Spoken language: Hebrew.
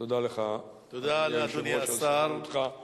תודה לך, אדוני היושב-ראש, על סבלנותך.